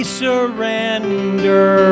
surrender